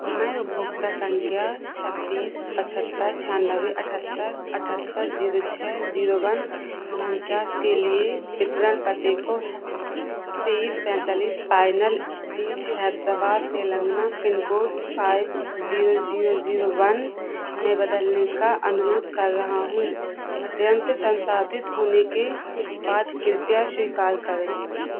मैं उपभोक्ता संख्या छब्बीस पचहत्तर छियानबे अठहत्तर अठहत्तर जीरो छः जीरो वन उनचास के लिए वितरण पते को तेईस पैंतालीस Pinal Street Hyderabad Telangana pin code five zero zero zero one में बदलने का अनुरोध कर रहा हूँ अद्यन्त संशोधित होने के बाद कृपया स्वीकार करे